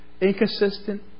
inconsistent